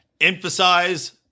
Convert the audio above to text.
emphasize